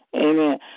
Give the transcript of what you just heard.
amen